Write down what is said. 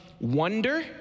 wonder